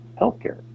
healthcare